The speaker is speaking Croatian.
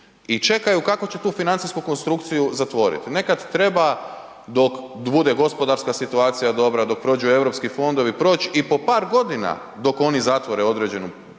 i čekaju kako će tu financijsku konstrukciju zatvoriti. Nekada treba dok bude gospodarska situacija dobra dok prođu europski fondovi i po par godina dok oni zatvore određenu projekciju,